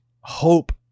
hope